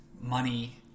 money